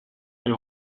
elle